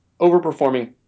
overperforming